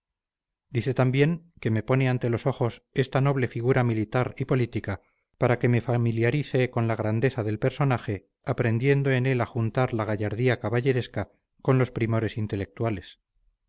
dice también que me pone ante los ojos esta noble figura militar y política para que me